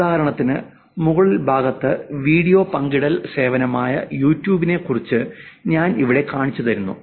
ഉദാഹരണത്തിന് മുകളിലെ ഭാഗത്ത് വീഡിയോ പങ്കിടൽ സേവനമായ യുട്യൂബ് നെക്കുറിച്ച് ഞാൻ ഇവിടെ കാണിച്ചുതരുന്നു